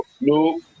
No